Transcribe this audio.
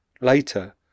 Later